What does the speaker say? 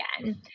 again